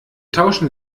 tauschen